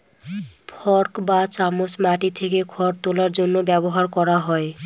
fork বা চামচ মাটি থেকে খড় তোলার জন্য ব্যবহার করা হয়